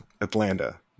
Atlanta